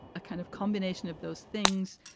a kind of combination of those things.